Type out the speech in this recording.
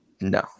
No